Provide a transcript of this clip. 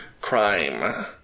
crime